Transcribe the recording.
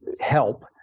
help